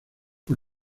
por